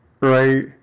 Right